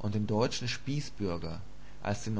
und den deutschen spießbürger als den